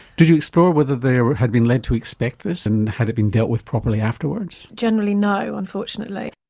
did you explore whether they had been led to expect this and had it been dealt with properly afterwards? generally no unfortunately.